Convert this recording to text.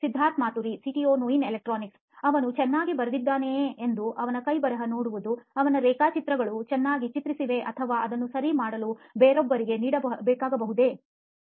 Siddharth Maturi CEO ನೋಯಿನ್ electronics ಅವನು ಚೆನ್ನಾಗಿ ಬರೆದಿದ್ದಾನೆಯೇ ಎಂದು ಅವನ ಕೈಬರಹ ನೋಡುವುದು ಅವನ ರೇಖಾಚಿತ್ರಗಳು ಚೆನ್ನಾಗಿ ಚಿತ್ರಿಸಿವೆ ಅಥವಾ ಅದನ್ನು ಸರಿ ಮಾಡಲು ಬೇರೊಬ್ಬರಿಗೆ ನೀಡಬೇಕಾಗಬಹುದೋ